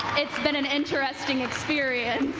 it's been an interesting experience.